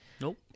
Nope